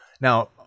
now